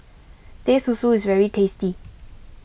Teh Susu is very tasty